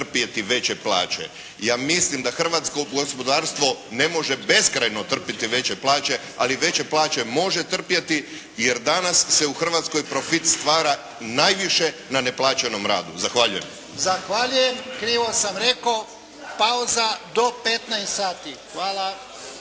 Ja mislim da hrvatsko gospodarstvo ne može beskrajno trpiti veće plaće, ali veće plaće može trpjeti jer danas se u Hrvatskoj profit stvara najviše na neplaćenom radu. Zahvaljujem. **Jarnjak, Ivan (HDZ)** Zahvaljujem. Krivo sam rekao, pauza do 15,00 sati. Hvala.